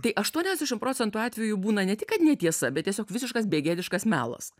tai aštuoniasdešimt procentų atvejų būna ne tik kad netiesa bet tiesiog visiškas begėdiškas melas